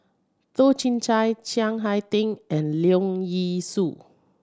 Toh Chin Chye Chiang Hai Ding and Leong Yee Soo